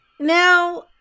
Now